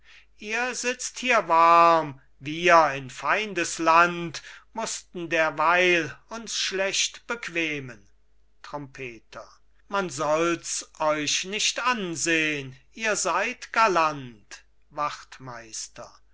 ihr sitzt hier warm wir in feindes land mußten derweil uns schlecht bequemen trompeter man sollts euch nicht ansehn ihr seid galant wachtmeister